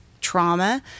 trauma